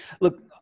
look